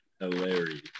Hilarious